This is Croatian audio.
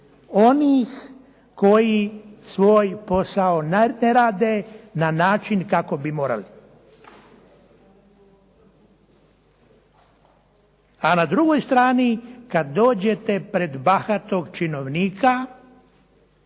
oni koji svoj posao ne rade na način kako bi morali. A na drugoj strani kad dođete pred bahatog činovnika